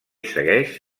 segueix